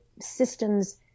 systems